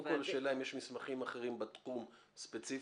קודם כל השאלה אם יש מסמכים אחרים בתחום ספציפית,